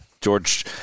George